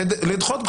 לדחות,